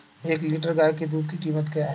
एक लीटर गाय के दूध की कीमत क्या है?